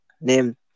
Name